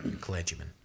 clergyman